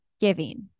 giving